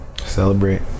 Celebrate